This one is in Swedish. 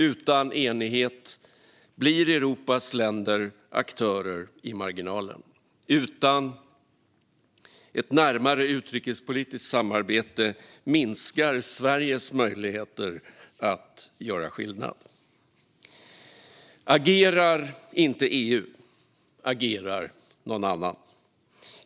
Utan enighet blir Europas länder aktörer i marginalen. Utan ett närmare utrikespolitiskt samarbete minskar Sveriges möjligheter att göra skillnad. Agerar inte EU agerar någon annan.